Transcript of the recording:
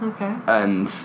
Okay